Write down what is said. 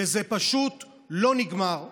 וזה פשוט לא נגמר.